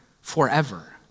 forever